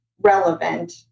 relevant